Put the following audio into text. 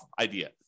idea